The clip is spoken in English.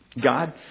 God